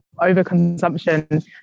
overconsumption